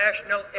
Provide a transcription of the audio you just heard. national